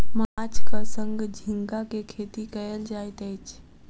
माँछक संग झींगा के खेती कयल जाइत अछि